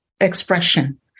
expression